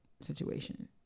situation